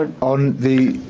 on the.